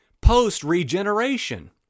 post-regeneration